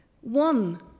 One